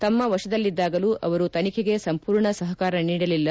ತಮ್ಮ ವಶದಲ್ಲಿದ್ದಾಗಲೂ ಅವರು ತನಿಖೆಗೆ ಸಂಪೂರ್ಣ ಸಹಕಾರ ನೀಡಲಿಲ್ಲ